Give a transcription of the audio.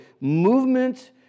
movement